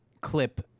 clip